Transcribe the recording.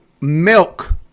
milk